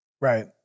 Right